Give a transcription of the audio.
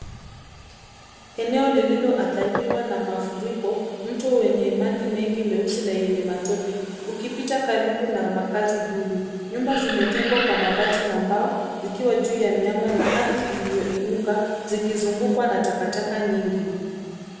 Eneo lililoathiriwa na mafuriko. Mto wenye maji mengi meusi na yenye matope ukipita karibu na makazi duni. Nyumba zimejengwa kwa mabati na mbao zikiwa juu ya miamba na ardhi iliyoinuka zikizungukwa na takataka nyingi.